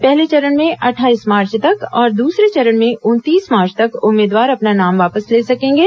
पहले चरण में अट्ठाईस मार्च तक और दूसरे चरण में उनतीस मार्च तक उम्मीदवार अपना नाम वापस ले सकेंगे